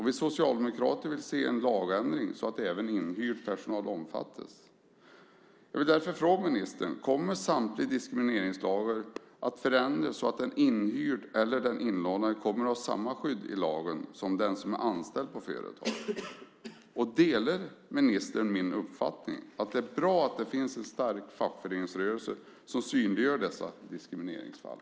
Vi socialdemokrater vill därför se en lagändring så att även inhyrd personal omfattas. Jag vill således fråga ministern: Kommer samtliga diskrimineringslagar att ändras så att den inhyrda eller inlånade kommer att ha samma skydd i lagen som den som är anställd av företaget? Delar ministern min uppfattning att det är bra att det finns en stark fackföreningsrörelse som synliggör dessa diskrimineringsfall?